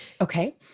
okay